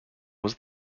was